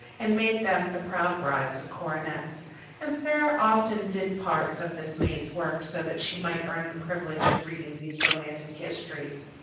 and made them the proud brides of coronets and sara often did parts of this maid's work so that she might earn the privilege of reading these romantic histories.